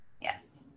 Yes